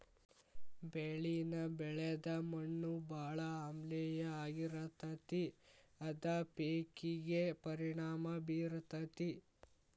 ಬೆಳಿನ ಬೆಳದ ಮಣ್ಣು ಬಾಳ ಆಮ್ಲೇಯ ಆಗಿರತತಿ ಅದ ಪೇಕಿಗೆ ಪರಿಣಾಮಾ ಬೇರತತಿ